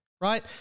right